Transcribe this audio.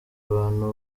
abantu